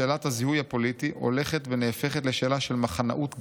שאלת הזיהוי הפוליטי הולכת ונהפכת לשאלה של מחנאות גרידא,